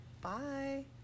bye